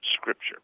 Scripture